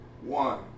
one